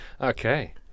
Okay